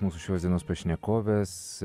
mūsų šios dienos pašnekovės